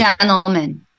gentlemen